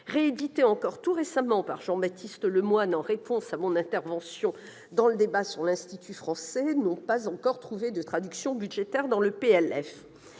renouvelés encore tout récemment par Jean-Baptiste Lemoyne en réponse à mon intervention lors du débat sur l'Institut français, n'ont pas encore trouvé de traduction budgétaire dans le PLF.